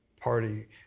Party